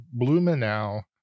Blumenau